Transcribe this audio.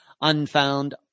Unfound